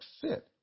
fit